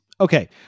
Okay